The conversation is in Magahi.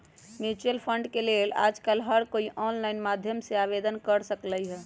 म्यूचुअल फंड के लेल आजकल हर कोई ऑनलाईन माध्यम से आवेदन कर सकलई ह